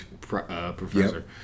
professor